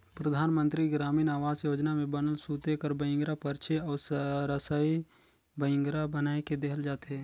परधानमंतरी गरामीन आवास योजना में बनल सूते कर बइंगरा, परछी अउ रसई बइंगरा बनाए के देहल जाथे